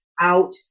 out